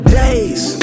days